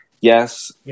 yes